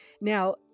Now